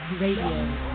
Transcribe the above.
Radio